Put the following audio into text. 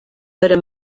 para